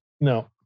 No